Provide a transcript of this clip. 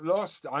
Lost